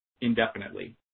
indefinitely